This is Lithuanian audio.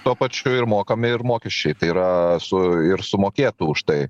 tuo pačiu ir mokami ir mokesčiai tai yra su ir sumokėtų už tai